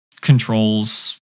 controls